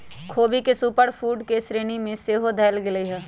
ख़ोबी के superfood के श्रेणी में सेहो धयल गेलइ ह